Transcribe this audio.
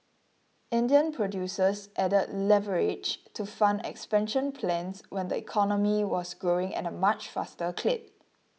Indian producers added leverage to fund expansion plans when the economy was growing at a much faster clip